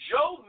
Joe